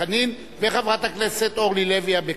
חנין, וחברת הכנסת אורלי לוי אבקסיס.